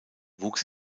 wuchs